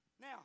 now